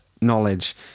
knowledge